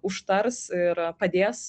užtars ir padės